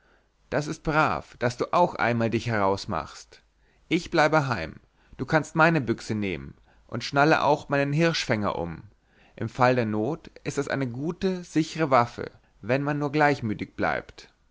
das ist brav daß du auch einmal dich herausmachst ich bleibe heim du kannst meine büchse nehmen und schnalle auch meinen hirschfänger um im fall der not ist das eine gute sichre waffe wenn man nur gleichmütig bleibt